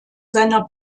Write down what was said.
seiner